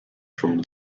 from